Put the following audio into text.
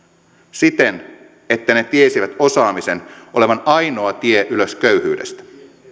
siten että ne tiesivät osaamisen olevan ainoa tie ylös köyhyydestä